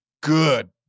good